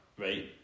right